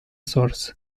source